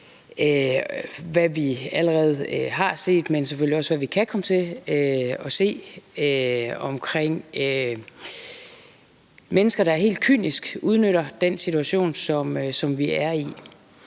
hvad vi allerede har set, men selvfølgelig også på, hvad vi kan komme til at se med hensyn til mennesker, der helt kynisk udnytter den situation, som vi er i.